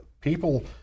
people